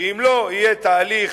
שאם לא יהיה תהליך,